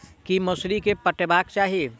की मौसरी केँ पटेबाक चाहि?